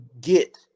get